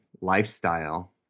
lifestyle